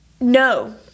no